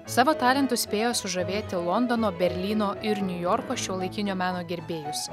savo talentu spėjo sužavėti londono berlyno ir niujorko šiuolaikinio meno gerbėjus